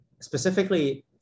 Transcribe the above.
specifically